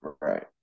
Right